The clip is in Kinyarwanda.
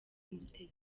mutesi